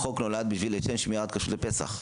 החוק נולד לשם שמירת כשרות לפסח.